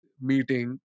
meeting